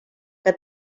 que